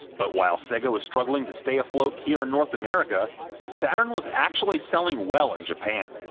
but while sega was struggling to stay afloat here in north america, the saturn was actually selling well in japan.